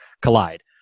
collide